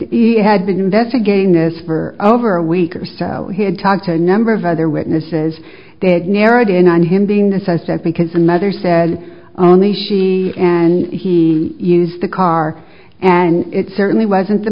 had had been investigating this for over a week or so he had talked to a number of other witnesses they had narrowed in on him being this i said because the mother said only she and he used the car and it certainly wasn't the